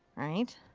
right?